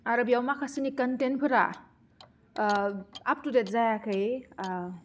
आरो बेयाव माखासेनि कन्टेन्टफोरा आपटुडेट जायाखै